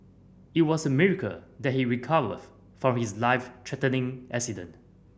it was a miracle that he recovered from his life threatening accident